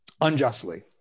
unjustly